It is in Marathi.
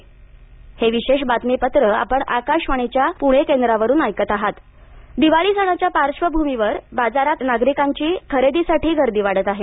वर्धा मिशनमारुक दिवाळी सणाच्या पार्श्वभूमीवर बाजारात नागरिकांची खरेदीसाठी गर्दी वाढत आहे